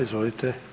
Izvolite.